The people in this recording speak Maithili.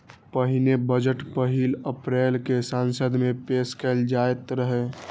पहिने बजट पहिल अप्रैल कें संसद मे पेश कैल जाइत रहै